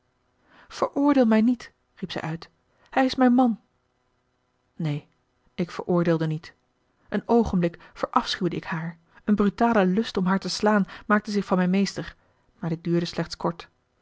veroordeel mij niet riep zij uit hij is mijn man neen ik veroordeelde niet een oogenblik verafschuwde ik haar een brutale lust om haar te slaan maakte zich van mij meester maar dit duurde slechts kort